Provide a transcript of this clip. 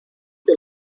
que